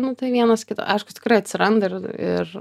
nu tai vienas kito aiškus tikrai atsiranda ir ir